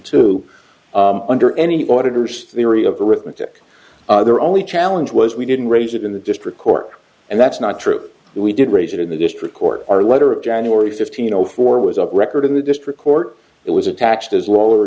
two under any auditor's theory of arithmetic they're only challenge was we didn't raise it in the district court and that's not true we did raise it in the district court our letter of january fifteen zero four was a record in the district court it was attached as